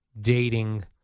dating